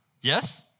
Yes